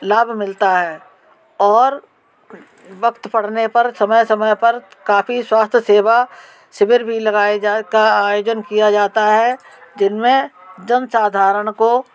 काफ़ी लाभ मिलता है और वक़्त पड़ने पर समय समय पर काफ़ी स्वास्थय सेवा शिविर भी लगाए जा का आयोजन किया जाता है जिनमें जन साधारण को